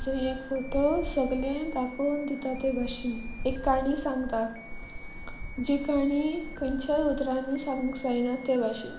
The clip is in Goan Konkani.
जंय एक फोटो सगलें दाखोवन दिता ते भाशेन एक काणी सांगता जी काणी खंयच्याय उतरांनी सांगूंक जायना ते भाशेन